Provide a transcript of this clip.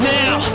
now